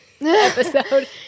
episode